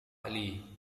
lee